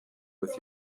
with